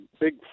big